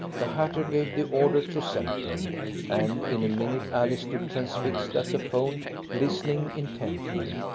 the hatter gave the order to central and in a minute alice stood transfixed at the phone listening intently.